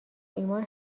ایمان